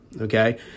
Okay